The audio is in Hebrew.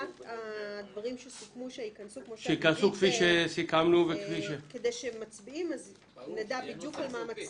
הדברים שסוכמו וייכנסו כדי שכשמצביעים נדע בדיוק על מה מצביעים.